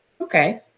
okay